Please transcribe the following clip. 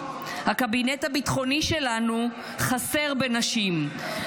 הקבינט הביטחוני שלנו חסר בנשים,